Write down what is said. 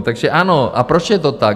Takže ano, a proč je to tak?